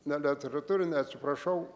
ne leteratūrine atsiprašau